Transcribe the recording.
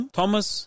Thomas